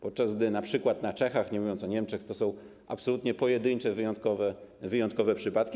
Podczas gdy np. w Czechach, nie mówiąc o Niemczech, to są absolutnie pojedyncze, wyjątkowe przypadki.